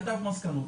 מסקנותיו.